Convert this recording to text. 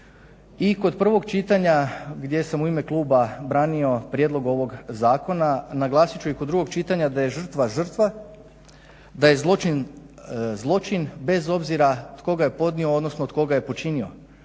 I kod prvog čitanja gdje sam u ime kluba branio prijedlog ovog zakona, naglasit ću i kod drugog čitanja da je žrtva žrtva, da je zločin zločin bez obzira tko ga je podnio, odnosno tko ga je počinio,